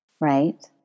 right